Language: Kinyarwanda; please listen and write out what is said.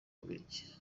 bubiligi